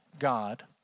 God